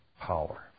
power